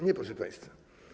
Nie, proszę państwa.